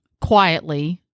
quietly